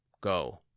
go